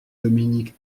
dominique